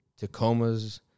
Tacomas